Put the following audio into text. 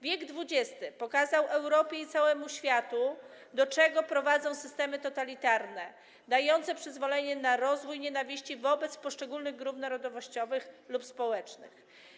Wiek XX pokazał Europie i całemu światu, do czego prowadzą systemy totalitarne dające przyzwolenie na rozwój nienawiści wobec poszczególnych grup narodowościowych lub społecznych.